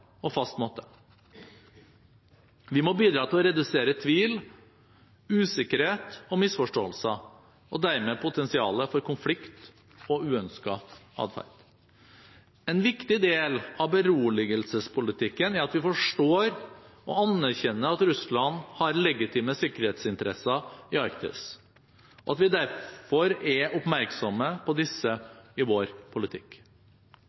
fast måte. Vi må bidra til å redusere tvil, usikkerhet og misforståelser – og dermed potensialet for konflikt og uønsket atferd. En viktig del av beroligelsespolitikken er at vi forstår og anerkjenner at Russland har legitime sikkerhetsinteresser i Arktis, og at vi derfor er oppmerksomme på disse i vår politikk.